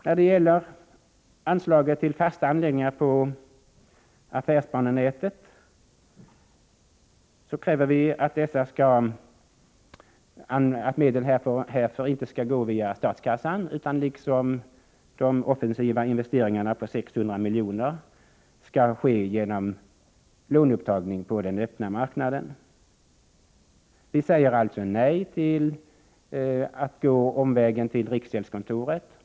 När det gäller anslaget till fasta anläggningar på affärsbanenätet kräver vi att medel härför inte skall utgå via statskassan utan liksom de offensiva investeringarna på 600 milj.kr. genom låneupptagning på den öppna marknaden. Vi säger alltså nej till att gå omvägen över riksgäldskontoret.